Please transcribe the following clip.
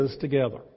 together